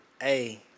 Hey